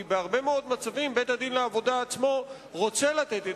כי בהרבה מאוד מצבים בית-הדין לעבודה עצמו רוצה לתת את